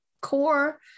core